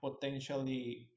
potentially